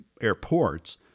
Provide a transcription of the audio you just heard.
airports